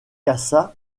cassa